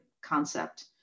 concept